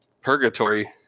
purgatory